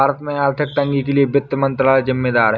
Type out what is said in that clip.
भारत में आर्थिक तंगी के लिए वित्त मंत्रालय ज़िम्मेदार है